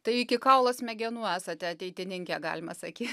tai iki kaulo smegenų esate ateitininkė galima sakyt